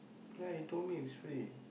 right he told me is free